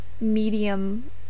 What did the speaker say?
medium